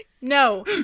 No